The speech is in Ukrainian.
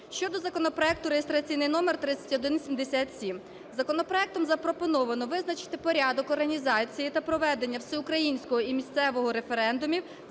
Щодо законопроекту реєстраційний номер 3177. Законопроектом запропоновано визначити порядок організації та проведення всеукраїнського і місцевого референдумів